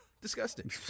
disgusting